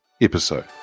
episode